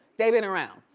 they've been around.